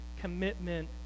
commitment